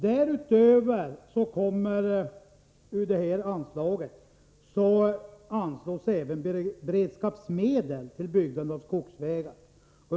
Därutöver tas ur detta anslag även beredskapsmedel för byggande av skogsvägar.